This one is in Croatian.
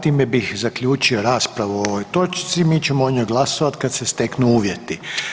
Time bih zaključio raspravu o ovoj točci, mi ćemo o njoj glasovati kad se steku uvjeti.